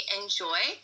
enjoy